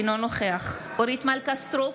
אינו נוכח אורית מלכה סטרוק,